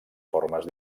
formes